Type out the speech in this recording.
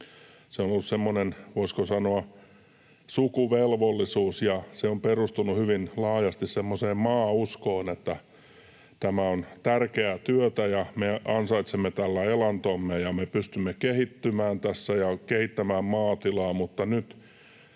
se on ollut semmoinen voisiko sanoa sukuvelvollisuus, ja se on perustunut hyvin laajasti semmoiseen maauskoon, että tämä on tärkeää työtä ja me ansaitsemme tällä elantomme ja me pystymme kehittymään tässä ja kehittämään maatilaa, mutta nyt